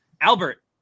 Albert